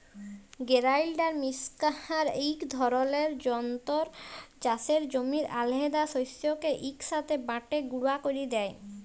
grinder mixer ইক ধরলের যল্তর চাষের জমির আলহেদা শস্যকে ইকসাথে বাঁটে গুঁড়া ক্যরে দেই